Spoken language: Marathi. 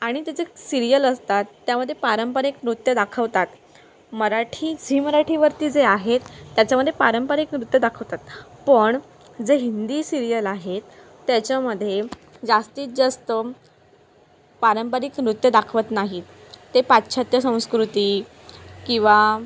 आणि त्याचे सिरियल असतात त्यामध्ये पारंपरिक नृत्य दाखवतात मराठी झी मराठीवरती जे आहेत त्याच्यामध्ये पारंपरिक नृत्य दाखवतात पण जे हिंदी सिरियल आहेत त्याच्यामध्ये जास्तीत जास्त पारंपरिक नृत्य दाखवत नाहीत ते पाश्चात्य संस्कृती किंवा